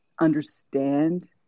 understand